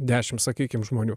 dešim sakykim žmonių